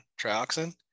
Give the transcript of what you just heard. Trioxin